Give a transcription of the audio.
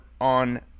on